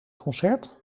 concert